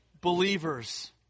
believers